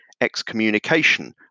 excommunication